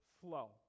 flow